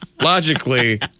Logically